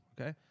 Okay